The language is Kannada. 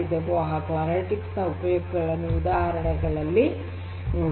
ಹಾಗೂ ಅನಲಿಟಿಕ್ಸ್ ನ ಉಪಯೋಗಗಳಿರುವ ಉದಾಹರಣೆಗಳನ್ನು ನೋಡಿದೆವು